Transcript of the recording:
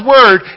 Word